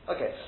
Okay